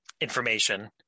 information